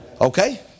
Okay